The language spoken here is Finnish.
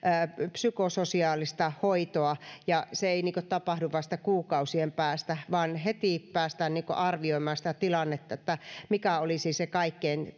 psykososiaalista hoitoa eikä se tapahdu vasta kuukausien päästä vaan heti päästään arvioimaan sitä tilannetta että mikä olisi se kaikkein